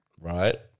Right